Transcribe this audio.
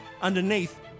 underneath